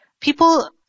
People